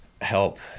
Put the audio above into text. help